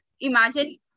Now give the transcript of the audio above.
imagine